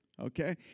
Okay